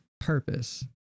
purpose